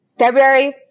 February